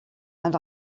and